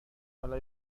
حالا